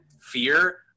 fear